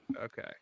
Okay